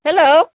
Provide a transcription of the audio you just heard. hello